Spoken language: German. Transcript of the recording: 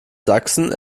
sachsen